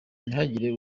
ntihagire